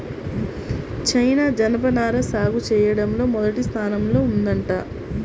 China జనపనార సాగు చెయ్యడంలో మొదటి స్థానంలో ఉందంట